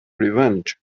revenge